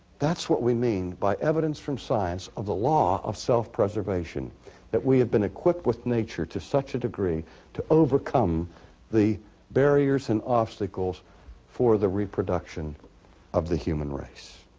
that's what we mean by evidence from science of the law of self-preservation that we have been equipped with nature to such a degree to overcome the barriers and obstacles for the reproduction of the human race.